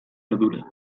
ardura